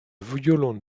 violon